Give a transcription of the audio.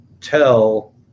tell